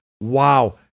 Wow